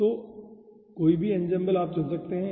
तो आप कोई भी एन्सेम्बल चुन सकते हैं